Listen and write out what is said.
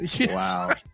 Wow